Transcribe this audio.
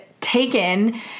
taken